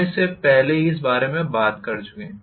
हम पहले ही इस बारे में बात कर चुके हैं